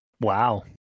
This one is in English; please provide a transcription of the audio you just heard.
Wow